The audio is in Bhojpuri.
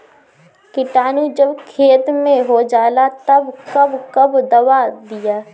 किटानु जब खेत मे होजाला तब कब कब दावा दिया?